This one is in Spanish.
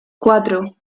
cuatro